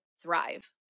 thrive